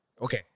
Okay